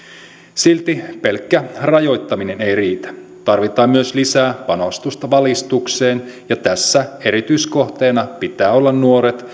silti pelkkä rajoittaminen ei riitä tarvitaan myös lisää panostusta valistukseen ja tässä erityiskohteena pitää olla nuoret